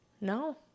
No